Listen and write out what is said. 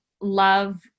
love